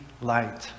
light